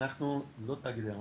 אנחנו לא תאגידי המים,